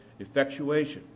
effectuation